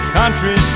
country